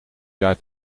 jaar